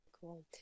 Cool